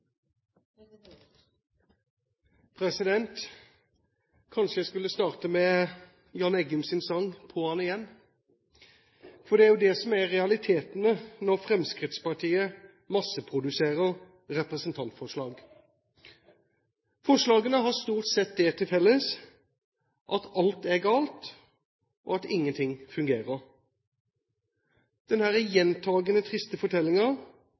tilbake. Kanskje jeg skulle starte med Jan Eggums sang «På 'an igjen», for det er jo det som er realitetene når Fremskrittspartiet masseproduserer representantforslag. Forslagene har stort sett dét til felles at alt er galt, og at ingenting fungerer. Denne gjentagende triste